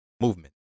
movement